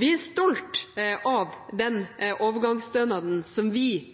Vi er stolt av den overgangsstønaden som vi